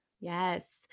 Yes